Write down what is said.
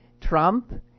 Trump